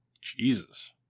Jesus